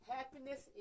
Happiness